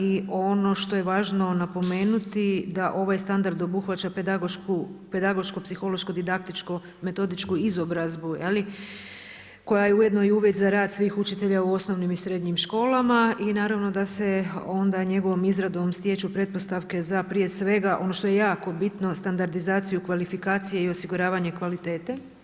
I ono što je važno napomenuti da ovaj standard obuhvaća pedagoško-psihološko-didaktičko-metodičku izobrazbu koja je ujedno i uvjet za rad svih učitelja u osnovnim i srednjim školama i naravno da se onda njegovom izradom stječu pretpostavke za prije svega, ono što je jako bitno, standardizaciju kvalifikacije i osiguravanje kvalitete.